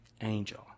angel